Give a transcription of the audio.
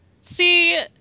See